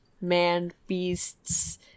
man-beasts